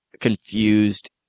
confused